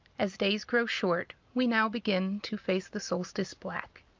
as days grow short we now begin to face the solstice black.